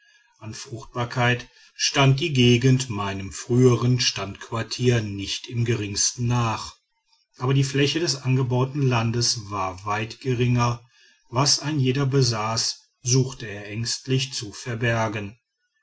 an fruchtbarkeit stand die gegend meinem frühern standquartier nicht im geringsten nach aber die fläche des angebauten landes war weit geringer was ein jeder besaß suchte er ängstlich zu verbergen